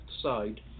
side